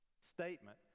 statement